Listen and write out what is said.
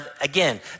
again